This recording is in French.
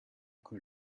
que